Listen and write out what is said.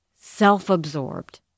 self-absorbed